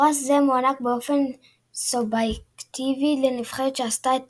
פרס זה מוענק באופן סובייקטיבי לנבחרת שעשתה את